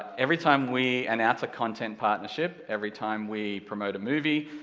every time we announce a content partnership, every time we promote a movie,